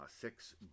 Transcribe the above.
Six